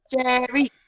Jerry